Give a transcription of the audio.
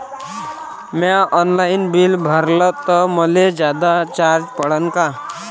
म्या online bill भरलं तर मले जादा चार्ज पडन का?